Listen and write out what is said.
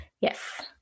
Yes